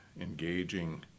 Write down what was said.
engaging